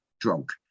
drunk